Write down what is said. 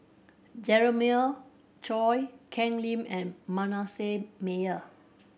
Jeremiah Choy Ken Lim and Manasseh Meyer